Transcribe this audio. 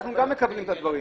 אנחנו גם מקבלים את הדברים,